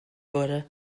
wurde